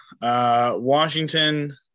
washington